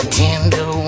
tender